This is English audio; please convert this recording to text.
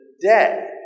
day